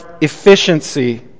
efficiency